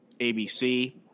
ABC